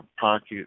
pocket